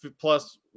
plus